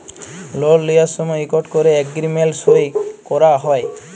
লল লিঁয়ার সময় ইকট ক্যরে এগ্রীমেল্ট সই ক্যরা হ্যয়